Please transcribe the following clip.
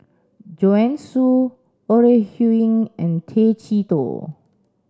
Joanne Soo Ore Huiying and Tay Chee Toh